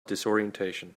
disorientation